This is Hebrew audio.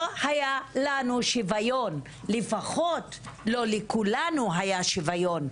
לא היה לנו שוויון, לפחות לא לכולנו היה שוויון,